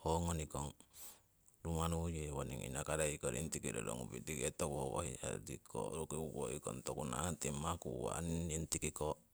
ho ngonikong rumaru yewoning inakarei rorongupitike toku hoko hiya roki ukoikong tokunah timah